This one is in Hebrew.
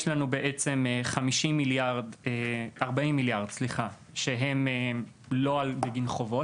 יש 50 מיליארד שקל שהם לא בגין חובות,